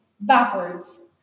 backwards